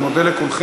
אני מודה לכולכם.